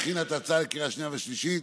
שהכינה את ההצעה לקריאה השנייה והשלישית,